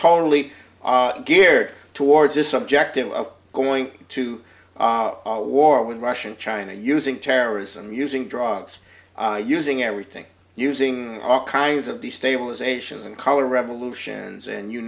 totally geared towards this objective of going to war with russia and china using terrorism using drugs using everything using all kinds of destabilisation and color revolutions and you